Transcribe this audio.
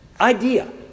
idea